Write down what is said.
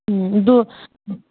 ꯑꯗꯨ